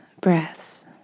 breaths